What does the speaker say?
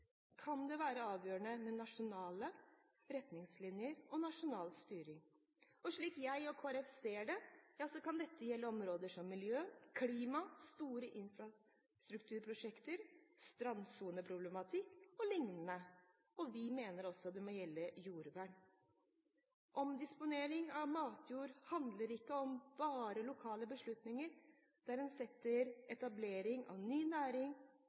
kan det være avgjørende med nasjonale retningslinjer og nasjonal styring. Slik jeg og Kristelig Folkeparti ser det, kan dette gjelde områder som miljø, klima, store infrastrukturprosjekter, strandsoneproblematikk og liknende. Vi mener det også må gjelde jordvern. Omdisponering av matjord handler ikke bare om lokale beslutninger der en setter etablering av ny næring,